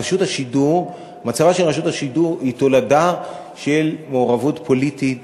מצבה של רשות השידור הוא תולדה של מעורבות פוליטית בשידורים.